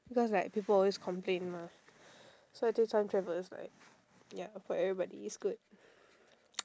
because like people always complain mah so I think time travel is like ya for everybody is good